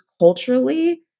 culturally